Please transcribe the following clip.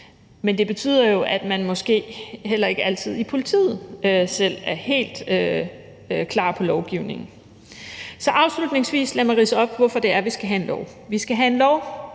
Men det betyder jo, at man måske heller ikke altid i politiet selv er helt klar på lovgivningen. Kl. 17:25 Lad mig afslutningsvis ridse op, hvorfor det er, vi skal have en lov. Vi skal have en lov,